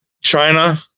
China